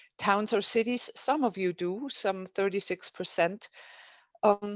towns or cities, some of you do some thirty six percent of.